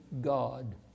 God